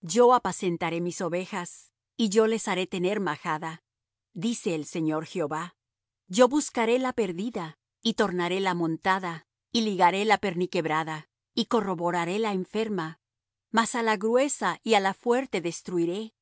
yo apacentaré mis ovejas y yo les haré tener majada dice el señor jehová yo buscaré la perdida y tornaré la amontada y ligaré la perniquebrada y corroboraré la enferma mas á la gruesa y á la fuerte destruiré